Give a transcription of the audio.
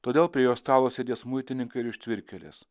todėl prie jo stalo sėdės muitininkai ir ištvirkėlės